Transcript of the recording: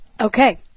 okay